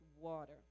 water